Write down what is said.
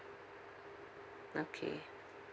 okay